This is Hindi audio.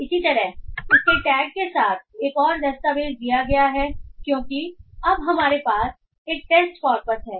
इसी तरह इसके टैग के साथ एक और दस्तावेज दिया गया है क्योंकि अब हमारे पास एक टेस्ट कॉर्पस है